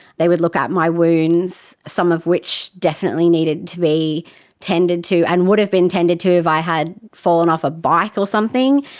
they would look at my wounds, some of which definitely needed to be tended to and would have been tended to if i had fallen off a bike or something.